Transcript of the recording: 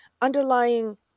underlying